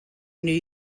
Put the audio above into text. new